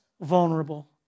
vulnerable